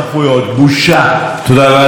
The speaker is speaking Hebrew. חבר הכנסת סאלח סעד.